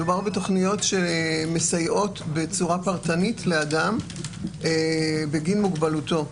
מדובר בתוכניות שמסייעות בצורה פרטנית לאדם בגין מוגבלותו.